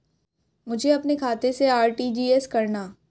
मुझे अपने खाते से आर.टी.जी.एस करना?